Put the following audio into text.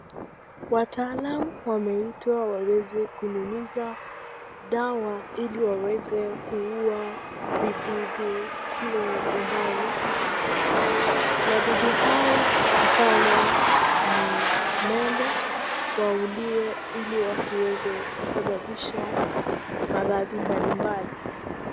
Wataalamu wameitwa waweze kunyunyiza dawa ili waweze kuua vidudu kule nyumbani. Wadudu hao mfano ni mende, wauliwe ili wasiweze kusababisha maradhi mbalimbali.